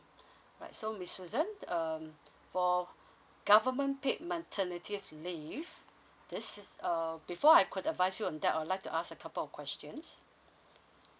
right so miss Susan um for government paid maternity leave this is uh before I could advise you on that I would like to ask a couple of questions